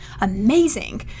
amazing